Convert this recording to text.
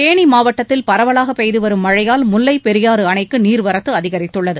தேனி மாவட்டத்தில் பரவலாக பெய்துவரும் மழையால் முல்லைப்பெரியாறு அணைக்கு நீர்வரத்து அதிகரித்துள்ளது